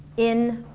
in